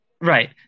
Right